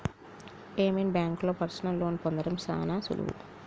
private బాంకుల్లో personal లోన్లు పొందడం సాన సులువు